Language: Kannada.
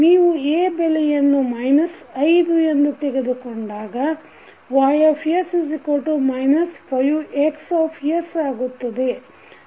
ನೀವು A ಬೆಲೆಯನ್ನು 5 ಎಂದು ತೆಗೆದುಕೊಂಡಾಗ Ys 5X ಆಗುತ್ತದೆ